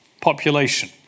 population